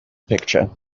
picture